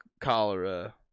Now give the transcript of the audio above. cholera